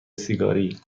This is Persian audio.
سیگاری